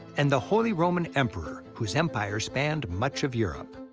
and the holy roman emperor, whose empire spanned much of europe.